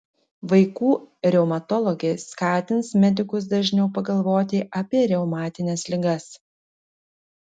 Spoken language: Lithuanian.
vaikų reumatologė skatins medikus dažniau pagalvoti apie reumatines ligas